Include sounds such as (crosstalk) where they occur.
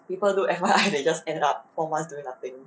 people do F_Y_I (laughs) they just end up four months doing nothing